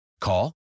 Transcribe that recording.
Call